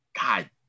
God